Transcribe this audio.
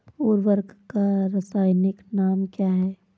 उर्वरक का रासायनिक नाम क्या है?